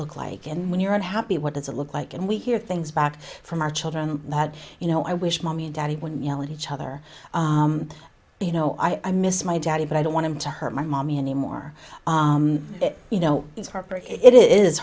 look like and when you're unhappy what does it look like and we hear things back from our children that you know i wish mommy and daddy when yell at each other you know i miss my daddy but i don't want him to hurt my mommy any more you know it